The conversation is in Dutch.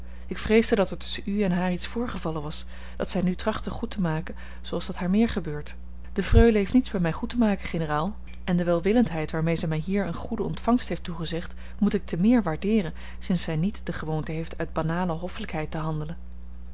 ik vreesde dat er tusschen u en haar iets voorgevallen was dat zij nu trachtte goed te maken zooals dat haar meer gebeurt de freule heeft niets bij mij goed te maken generaal en de welwillendheid waarmee zij mij hier eene goede ontvangst heeft toegezegd moet ik te meer waardeeren sinds zij niet de gewoonte heeft uit banale hoffelijkheid te handelen